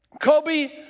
Kobe